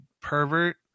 pervert